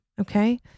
Okay